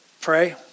pray